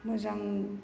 मोजां